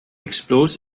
explores